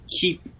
keep